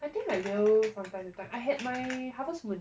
I think I will from time to time I had my harvest moon